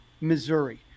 Missouri